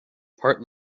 part